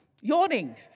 yawning